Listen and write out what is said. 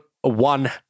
one